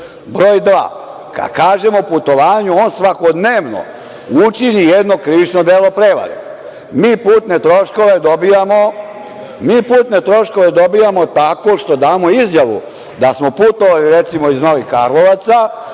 kada pričam o putovanju, on svakodnevno učini jedno krivično delo prevare. Mi putne troškove dobijamo tako što damo izjavu da smo putovali, recimo, iz Novih Karlovaca